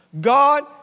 God